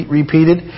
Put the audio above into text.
repeated